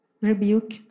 rebuke